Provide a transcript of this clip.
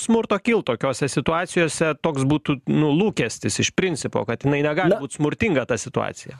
smurto kilt tokiose situacijose toks būtų nu lūkestis iš principo kad jinai negali būt smurtinga ta situacija